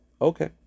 Okay